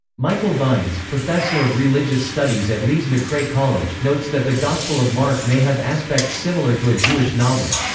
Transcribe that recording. michael vines, professor of religious studies at lees-mcrae college, notes that the gospel of mark may have aspects similar to a jewish novel.